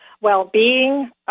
well-being